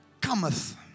cometh